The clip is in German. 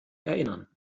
erinnern